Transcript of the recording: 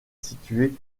situé